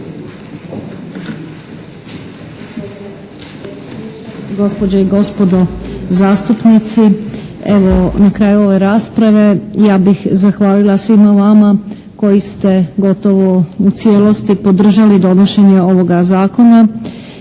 gospođe i gospodo zastupnici evo na kraju ove rasprave ja bih zahvalila svima vama koji ste gotovo u cijelosti podržali donošenje ovoga Zakona